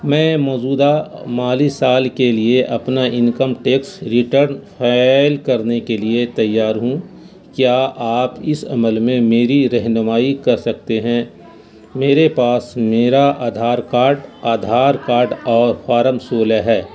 میں موجودہ مالی سال کے لیے اپنا انکم ٹیکس ریٹرن فیل کرنے کے لیے تیار ہوں کیا آپ اس عمل میں میری رہنمائی کر سکتے ہیں میرے پاس میرا آدھار کارٹ آدھار کارڈ اور فارم سولہ ہے